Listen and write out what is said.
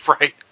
Right